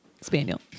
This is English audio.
spaniel